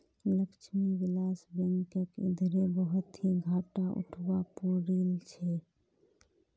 लक्ष्मी विलास बैंकक इधरे बहुत ही घाटा उठवा पो रील छे